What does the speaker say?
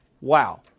Wow